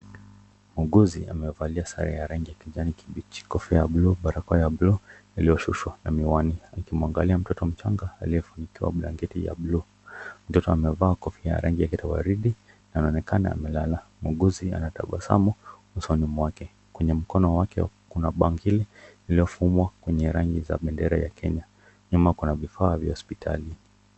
Muuguzi amevalia sare ya rangi ya kijani kibichi, kofia ya buluu, barakoa ya buluu iliyoshushwa na miwani akimwangalia mtoto mchanga aliyefunikiwa blanketi ya buluu, mtoto amevaa kofia ya rangi ya waridi na anaonekana amelala. Muuguzi anatabasamu usoni mwake, kwenye mkono yake kuna bangili iliyofuumwa yenye rangi za bendera ya kenya, nyuma kuna vifaa vya hosiptali.